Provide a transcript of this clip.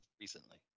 recently